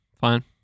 fine